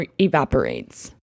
evaporates